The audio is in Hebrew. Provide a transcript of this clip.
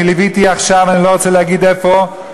אני ליוויתי עכשיו, אני לא רוצה להגיד איפה,